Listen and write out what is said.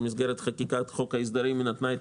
במסגרת חקיקת חוק ההסדרים היא נתנה את